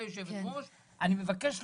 אני מבקש לדעת,